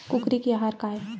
कुकरी के आहार काय?